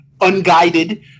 unguided